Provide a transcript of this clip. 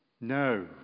No